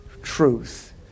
Truth